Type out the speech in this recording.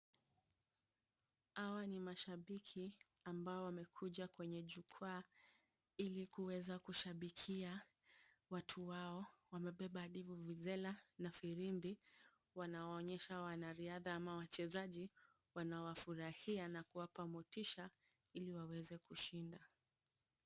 Hawa ni mashabiki ambao wamekuja kwenye jukwa ili kuweza kushabikia watu wao. Wamebeba hadi vuvuzela na firimbi, wanawaonyesha wanariadha ama wachezaji wanawafurahia na kuwapa motisha ili waweze kushinda.